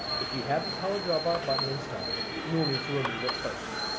if you have the power draw bar button installed you will need to remove it first.